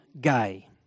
gay